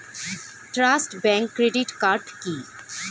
Trust bank credit card কি?